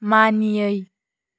मानियै